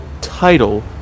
title